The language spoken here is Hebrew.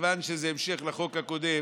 מכיוון שזה המשך לחוק הקודם,